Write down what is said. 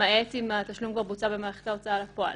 למעט אם התשלום כבר בוצע במערכת ההוצאה לפועל.